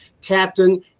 Captain